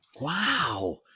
Wow